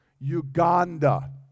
Uganda